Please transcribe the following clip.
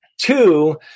two